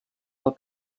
del